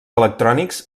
electrònics